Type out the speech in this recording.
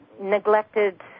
neglected